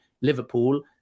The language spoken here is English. Liverpool